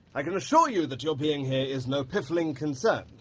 i can assure you that your being here is no piffling concern.